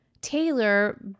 Taylor